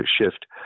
shift